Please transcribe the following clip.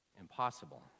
impossible